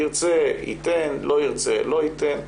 ירצה ייתן, לא ירצה לא ייתן.